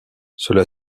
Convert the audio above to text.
cela